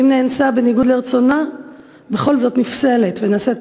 שאם נאנסה בניגוד לרצונה בכל זאת נפסלת ונעשית